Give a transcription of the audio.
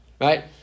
Right